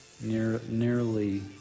nearly